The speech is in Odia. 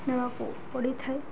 ନେବାକୁ ପଡ଼ିଥାଏ